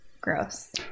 Gross